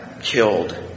killed